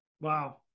Wow